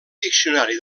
diccionari